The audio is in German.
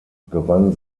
gewann